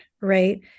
right